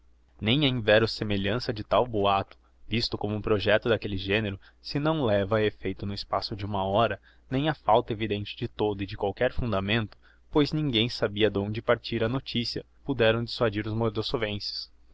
nem a inverosemelhança de um tal boato visto como um projecto d'aquelle genero se não leva a effeito no espaço de uma hora nem a falta evidente de todo e qualquer fundamento pois ninguem sabia d'onde partira a noticia puderam dissuadir os